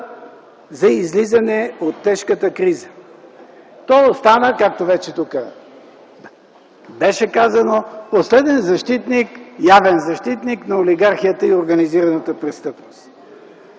за излизане от тежката криза. Той остава, както тук вече беше казано, последен явен защитник на олигархията и на организираната престъпност.